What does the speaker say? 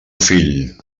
fill